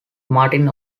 martin